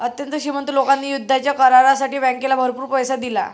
अत्यंत श्रीमंत लोकांनी युद्धाच्या करारासाठी बँकेला भरपूर पैसा दिला